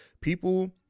people